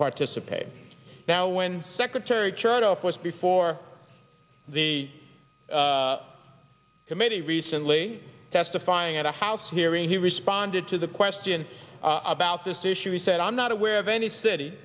participate now when secretary chertoff was before the committee recently testifying at a house hearing he responded to the question about this issue he said i'm not aware of any city